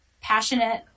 passionate